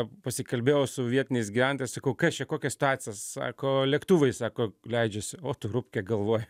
pasikalbėjau su vietiniais gyventojais sakau kas čia kokia situacija sako lėktuvai sako leidžiasi o tu rupke galvoju